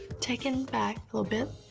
taken back a little bit.